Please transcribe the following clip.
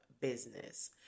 business